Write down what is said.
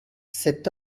cet